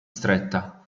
stretta